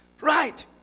Right